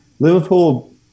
Liverpool